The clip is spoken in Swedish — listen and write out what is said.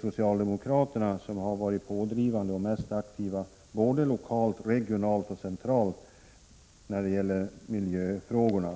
socialdemokraterna är de som har varit pådrivande och mest aktiva, både lokalt, regionalt och centralt, när det gäller miljöfrågorna.